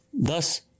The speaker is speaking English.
Thus